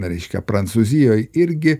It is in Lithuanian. reiškia prancūzijoj irgi